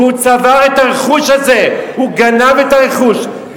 הוא צבר את הרכוש הזה, הוא גנב את הרכוש.